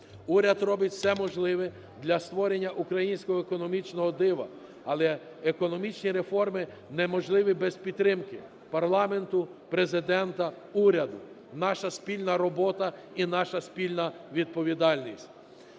Уряд робить все можливе для створення українського економічного дива. Але економічні реформи неможливі без підтримки парламенту, Президента, уряду, наша спільна робота і наша спільна відповідальність.